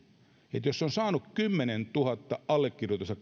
että jos on saanut kymmenentuhatta allekirjoitusta